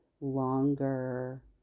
longer